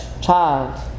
child